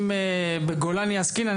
אם בגולני עסקינן,